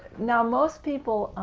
now most people